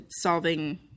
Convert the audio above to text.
solving